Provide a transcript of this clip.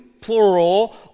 plural